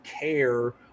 care